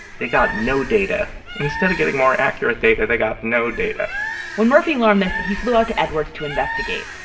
they got no data instead of getting more accurate data, they got no data when murphy learned this, he flew out to edwards to investigate.